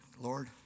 Lord